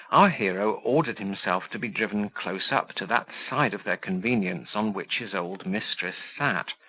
our hero ordered himself to be driven close up to that side of their convenience on which his old mistress sat,